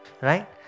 Right